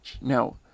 Now